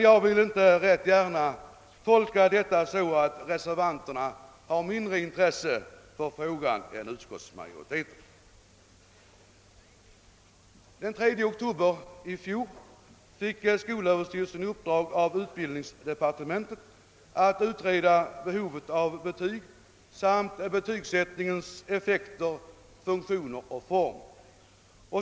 Jag vill inte gärna tolka detta så att reservanterna har mindre intresse för frågan än utskottsmajoriteten. Den 3 oktober i fjol fick skolöverstyrelsen i uppdrag av utbildningsdepartementet att utreda frågan om behovet av betyg samt betygsättningens effekter, funktioner och form.